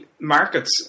markets